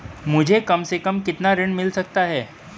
मुझे कम से कम कितना ऋण मिल सकता है?